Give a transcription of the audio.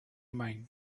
mind